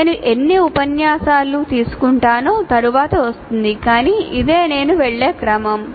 నేను ఎన్ని ఉపన్యాసాలు తీసుకుంటానో తరువాత వస్తుంది కానీ ఇదే నేను వెళ్ళే క్రమం